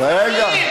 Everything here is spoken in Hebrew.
רגע.